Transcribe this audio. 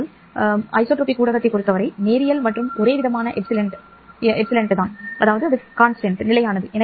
ஒரு ஐசோட்ரோபிக் ஊடகத்தைப் பொறுத்தவரை நேரியல் மற்றும் ஒரேவிதமான எப்சிலன் ஒரு நிலையானது